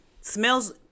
smells